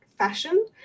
fashion